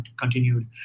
continued